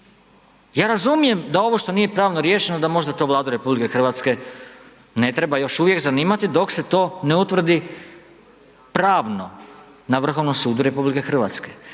Ja razumijem da ovo što nije pravno riješeno da možda to Vladu Republike Hrvatske ne treba još uvijek zanimati dok se to ne utvrdi pravno na Vrhovnom sudu Republike Hrvatske,